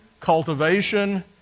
cultivation